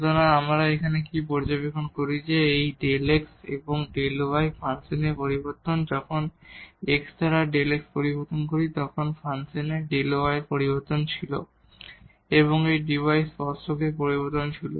সুতরাং আমরা এখানে কি পর্যবেক্ষণ করি যে এই Δ x এবং Δ y হল ফাংশনের পরিবর্তন যখন আমরা x দ্বারা Δ x পরিবর্তন করি তখন ফাংশনে Δ y এর পরিবর্তন ছিল এবং এই dy টানজেন্ট এর পরিবর্তন ছিল